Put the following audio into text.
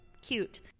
cute